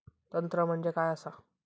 तंत्र म्हणजे काय असा?